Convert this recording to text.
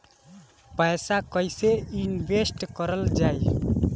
पैसा कईसे इनवेस्ट करल जाई?